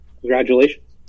Congratulations